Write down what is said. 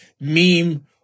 meme